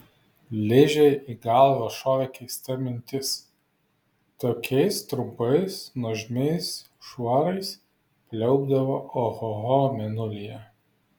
ližei į galvą šovė keista mintis tokiais trumpais nuožmiais šuorais pliaupdavo ohoho mėnulyje